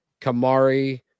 Kamari